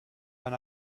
when